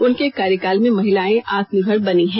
उनके कार्यकाल में महिलाएं आत्मनिर्भर बनी हैं